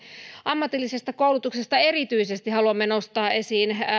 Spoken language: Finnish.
ammatillisesta koulutuksesta erityisesti haluamme nostaa esiin